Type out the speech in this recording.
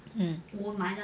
um